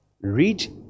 Read